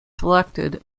selected